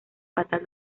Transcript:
fatal